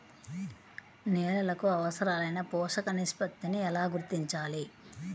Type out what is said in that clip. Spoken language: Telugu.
నేలలకు అవసరాలైన పోషక నిష్పత్తిని ఎలా గుర్తించాలి?